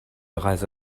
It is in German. reise